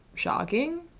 shocking